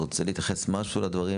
רוצה להתייחס לדברים,